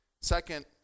Second